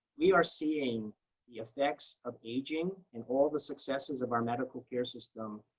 we are seeing the effects of aging and all the successes of our medical care system.